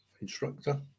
instructor